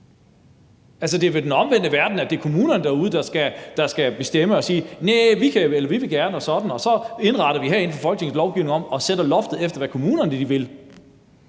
det er vel den omvendte verden, at det er kommunerne derude, der skal bestemme og sige, at næh, de vil det gerne sådan, og at vi herinde i Folketinget så indretter lovgivningen og sætter loftet efter, hvad kommunerne vil.